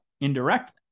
indirectly